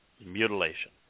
mutilation